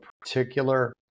particular